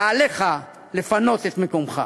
ועליך לפנות את מקומך.